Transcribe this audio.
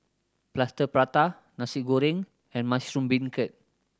Plaster Prata Nasi Goreng and mushroom beancurd